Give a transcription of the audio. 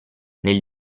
nel